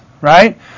right